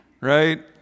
Right